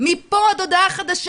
מפה עד הודעה חדשה.